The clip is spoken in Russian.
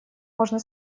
можно